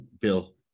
Bill